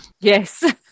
Yes